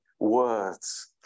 Words